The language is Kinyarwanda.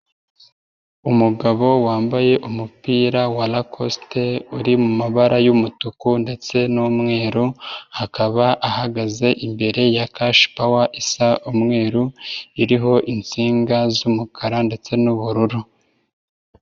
Umugabo wambaye umupira wa rakosite uri mu mabara y'umutuku ndetse n'umweru, akaba ahagaze imbere ya cash power isa umweru iriho insinga z'umukara ndetse n'ubururu.